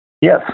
Yes